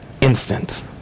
instant